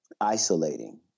isolating